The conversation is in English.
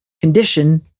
condition